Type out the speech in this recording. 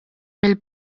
mill